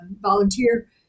volunteer